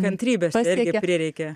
kantrybės irgi prireikė